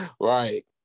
Right